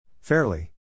Fairly